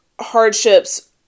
hardships